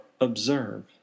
observe